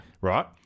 Right